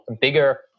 bigger